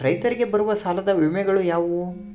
ರೈತರಿಗೆ ಬರುವ ಸಾಲದ ವಿಮೆಗಳು ಯಾವುವು?